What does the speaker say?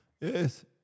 Yes